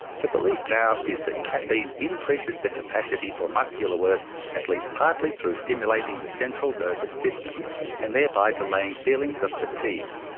the belief now is that caffeine increases the capacity for muscular work at least partly through stimulating the central nervous system and thereby delaying feelings of fatigue.